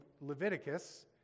Leviticus